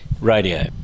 radio